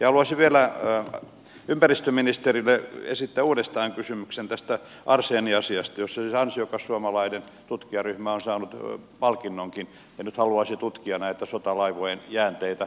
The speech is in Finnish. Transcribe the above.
haluaisin vielä ympäristöministerille esittää uudestaan kysymyksen tästä arseeniasiasta jossa siis ansiokas suomalaisen tutkijaryhmä on saanut palkinnonkin ja nyt haluaisi tutkia näiden sotalaivojen jäänteitä